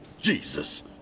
Jesus